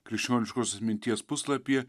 krikščioniškosios minties puslapyje